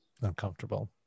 uncomfortable